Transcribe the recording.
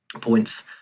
points